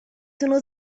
sono